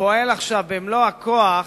ופועל עכשיו במלוא הכוח,